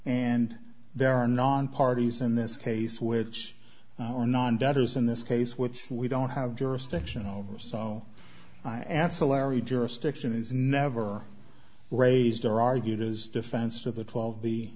and there are non parties in this case which are non debtors in this case which we don't have jurisdiction over so i add celerity jurisdiction is never raised or argued as defense to the twelve the